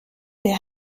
der